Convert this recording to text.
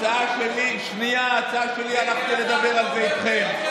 הצעה שלי, הלכתי לדבר עליה איתכם.